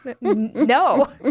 No